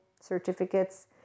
certificates